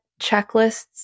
checklists